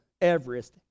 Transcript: Everest